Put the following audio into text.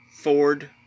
Ford